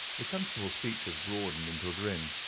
the constable's features broadened into a grin.